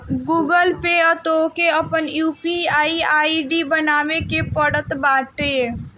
Google Pay पअ तोहके आपन यू.पी.आई आई.डी बनावे के पड़त बाटे